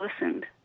listened